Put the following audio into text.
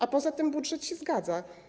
A poza tym budżet się zgadza.